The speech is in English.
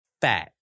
fat